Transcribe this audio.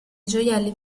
gioielli